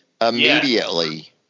Immediately